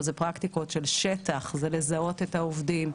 הן פרקטיקות של שטח לזהות את העובדים,